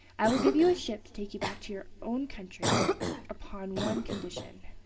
i will give you a ship to take you back to your own country upon one condition.